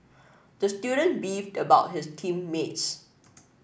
the student beefed about his team mates